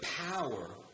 power